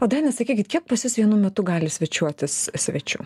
o daina sakykit kiek pus jus vienu metu gali svečiuotis svečių